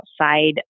outside